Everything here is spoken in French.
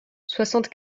soixante